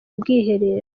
ubwiherero